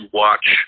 watch